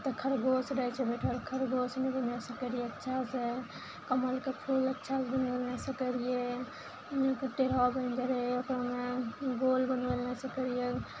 तऽ खरगोश रहय छै बैठल खरगोश नहि बनबय सकय रहियइ अच्छासँ कमलके फूल अच्छासँ बनबय लए सीखय रहियइ टेढ़ा बनि जाइ रहय ओकरामे गोल बनबय लए नहि सकय रहियइ